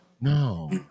No